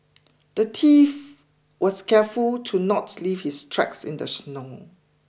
the thief was careful to not leave his tracks in the snow